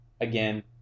again